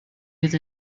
with